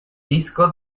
disco